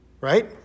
right